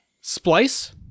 Splice